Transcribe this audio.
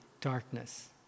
darkness